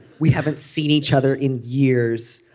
we haven't seen each other in years.